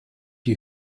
you